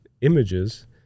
images